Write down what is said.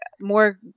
more